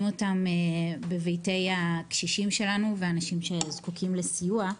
בביתי הקשישים שלנו והאנשים שזקוקים לסיוע,